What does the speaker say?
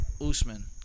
Usman